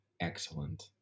excellent